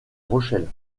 rochelle